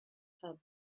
hub